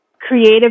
Creative